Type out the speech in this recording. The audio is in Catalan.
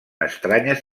estranyes